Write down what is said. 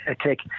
take